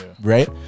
right